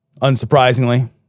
unsurprisingly